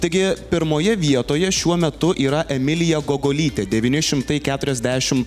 taigi pirmoje vietoje šiuo metu yra emilija gogolytė devyni šimtai keturiasdešim